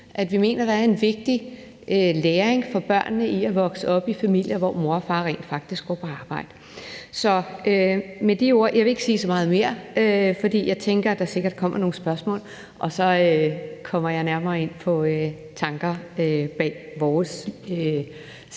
vi mener, der er en vigtig læring for børnene i at vokse op i familier, hvor mor og far rent faktisk går på arbejde. Jeg vil ikke sige så meget mere, fordi jeg tænker, at der sikkert kommer nogle spørgsmål, og så kommer jeg nærmere ind på tankerne bag vores stemmen